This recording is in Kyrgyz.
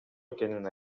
экенин